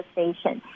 Station，